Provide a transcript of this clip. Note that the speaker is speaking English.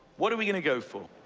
what are we going to go for?